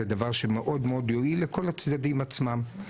זה דבר שמאוד מאוד יועיל לכל הצדדים עצמם.